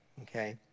Okay